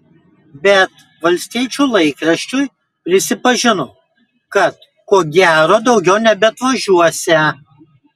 bet valstiečių laikraščiui prisipažino kad ko gero daugiau nebeatvažiuosią